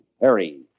Harry